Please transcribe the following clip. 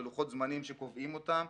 בלוחות זמנים שקובעים אותם,